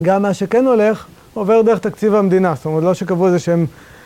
גם מה שכן הולך, עובר דרך תקציב המדינה, זאת אומרת, לא שקבעו איזה שהם.